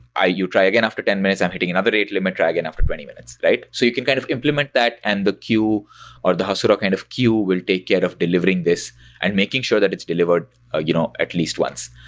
ah you try again after ten minutes, i'm hitting another rate limit. try again after twenty minutes, right? so you can kind of implement that and the queue or the hasura kind of queue will take care of delivering this and making sure that it's delivered ah you know at least one.